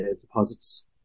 deposits